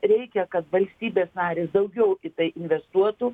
reikia kad valstybės narės daugiau į tai investuotų